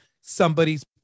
somebody's